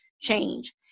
change